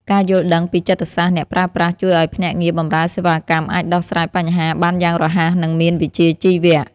ការយល់ដឹងពីចិត្តសាស្ត្រអ្នកប្រើប្រាស់ជួយឱ្យភ្នាក់ងារបម្រើសេវាកម្មអាចដោះស្រាយបញ្ហាបានយ៉ាងរហ័ស និងមានវិជ្ជាជីវៈ។